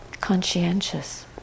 conscientious